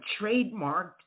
trademarked